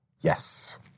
Yes